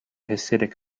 hasidic